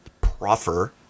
proffer